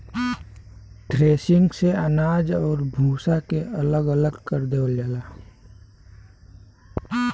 threshing से अनाज आउर भूसा के अलग अलग कर देवल जाला